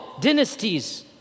dynasties